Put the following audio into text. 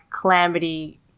Calamity